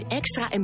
extra